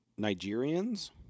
Nigerians